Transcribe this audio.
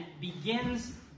begins